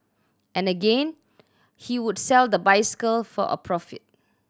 and again he would sell the bicycle for a profit